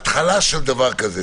התחלה של דבר כזה,